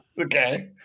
Okay